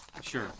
Sure